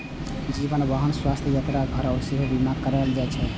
जीवन, वाहन, स्वास्थ्य, यात्रा आ घर के सेहो बीमा कराएल जाइ छै